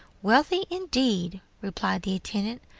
wealthy, indeed! replied the intendant.